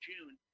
June